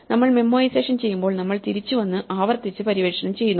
നമ്മൾ മെമ്മോഐസേഷൻ ചെയ്യുമ്പോൾ നമ്മൾ തിരിച്ചുവന്ന് ആവർത്തിച്ച് പര്യവേക്ഷണം ചെയ്യുന്നു